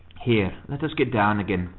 here, let us get down again,